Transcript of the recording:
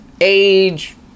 age